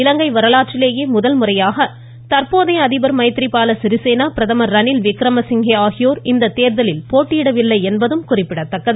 இலங்கை வரலாற்றிலேயே முதல்முறையாக தற்போதைய அதிபர் மைத்ரிபால சிறிசேனா பிரதமர் ரணில்விக்ரமசிங்கே ஆகியோர் இந்த தேர்தலில் போட்டியிடவில்லை என்பது குறிப்பிடத்தக்கது